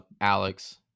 Alex